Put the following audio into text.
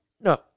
No